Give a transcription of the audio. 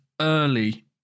early